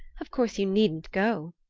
of course you needn't go.